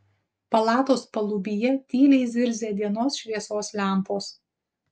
palatos palubyje tyliai zirzė dienos šviesos lempos